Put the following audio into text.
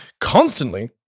constantly